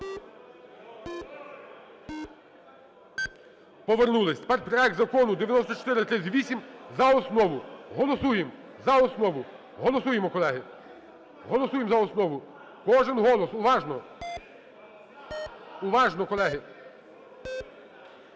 Повернулись. Тепер проект закону 9438 за основу. Голосуємо за основу. Голосуємо, колеги. Голосуємо за основу. Кожен голос. Уважно. Уважно, колеги.